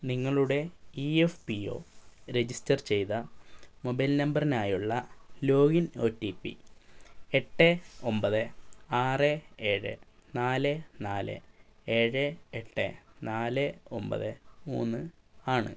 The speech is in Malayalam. നിങ്ങളുടെ E F P O register ചെയ്ത മൊബൈൽ നമ്പറിനായുള്ള ലോഗിൻ ഒ ടി പി എട്ട് ഒൻപത് ആറ് ഏഴ് നാല് നാല് ഏഴ് എട്ട് നാല് ഒൻപത് മൂന്ന് ആണ്